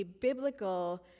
biblical